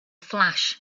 flash